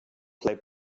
play